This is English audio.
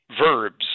verbs